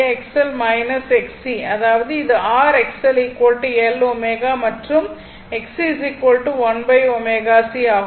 XL L ω மற்றும் Xc 1 ω c ஆகும்